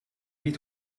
niet